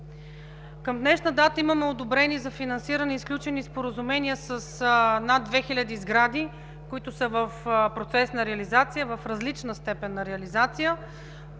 Към днешна дата имаме одобрени за финансиране и сключени споразумения с над две хиляди сгради, които са в процес на реализация, в различна степен на реализация.